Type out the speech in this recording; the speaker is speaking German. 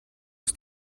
ist